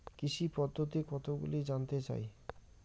কৃষি পদ্ধতি কতগুলি জানতে চাই?